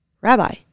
Rabbi